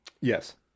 Yes